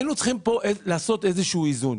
היינו צריכים כאן לעשות איזשהו איזון.